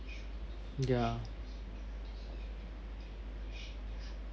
ya